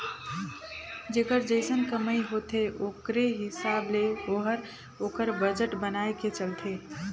जेकर जइसन कमई होथे ओकरे हिसाब ले ओहर ओकर बजट बनाए के चलथे